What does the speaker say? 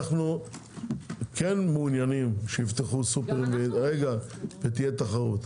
אנו כן מעוניינים שיפתחו סופרים ושתהיה תחרות.